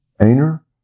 Aner